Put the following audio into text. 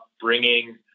bringing